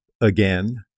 again